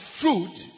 fruit